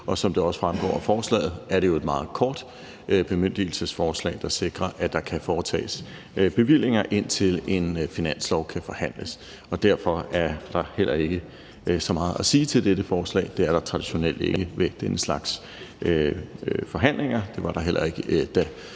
og som det også fremgår af forslaget, er det jo et meget kort bemyndigelsesforslag, der sikrer, at der kan foretages bevillinger, indtil en finanslov kan forhandles. Derfor er der heller ikke så meget at sige til dette forslag – det er der jo traditionelt ikke ved den slags forhandlinger; det var der heller ikke, da